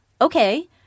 Okay